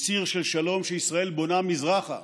בציר של שלום שישראל בונה מזרחה